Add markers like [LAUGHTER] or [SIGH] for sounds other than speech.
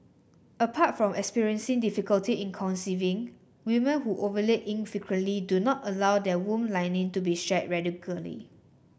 apart from experiencing difficulty in conceiving women who ovulate infrequently do not allow their womb lining to be shed [UNINTELLIGIBLE]